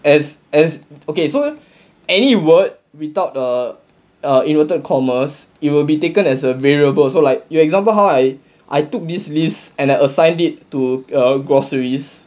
as as okay so any word without the inverted commas it will be taken as a variable so like example how I I took these list and I assigned it to uh groceries